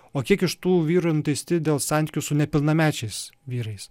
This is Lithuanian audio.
o kiek iš tų vyrų nuteisti dėl santykių su nepilnamečiais vyrais